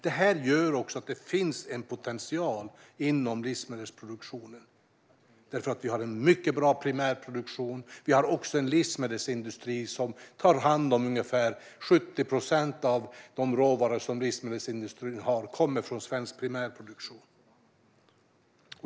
Detta gör att det finns en potential inom livsmedelsproduktionen. Vi har en mycket bra primärproduktion, och ungefär 70 procent av de råvaror som livsmedelsindustrin använder kommer från svensk primärproduktion.